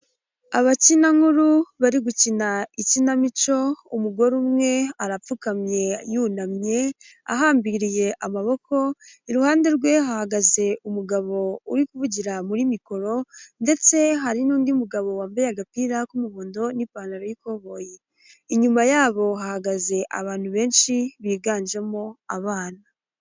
Abakinankuru bari gukina ikinamico umugore umwe arapfukamye yunamye ahambiriye amaboko, iruhande rwe hahagaze umugabo uri kuvugira muri mikoro, ndetse hari n'undi mugabo wambaye agapira k'umuhondo n'ipantaro y'ikoboyi, inyuma yabo hahagaze abantu benshi biganjemo abana.